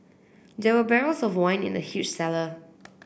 there were barrels of wine in the huge cellar